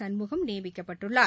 சண்முகம் நியமிக்கப்பட்டுள்ளார்